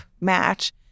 match